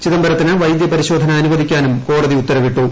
ചിദംബരത്തിന് വൈദ്യപരിശോധന അനുവദിക്കാനും കോടതി ഉത്തരവിട്ടു